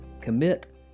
commit